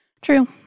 True